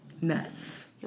Nuts